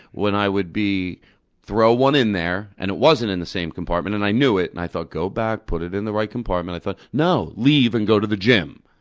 when i would throw one in there and it wasn't in the same compartment and i knew it, and i thought, go back, put it in the right compartment, i thought, no, leave and go to the gym.